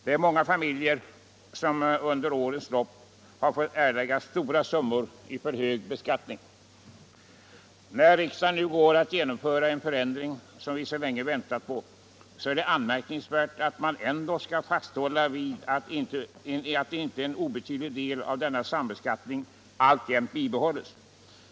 Det är många familjer som under årens lopp har fått erlägga stora summor i för hög beskattning. När riksdagen nu går att genomföra en förändring, som vi så länge väntat på, är det anmärkningsvärt att man ändock skall fasthålla vid att en inte obetydlig del av denna sambeskattning alltjämt bibehålls.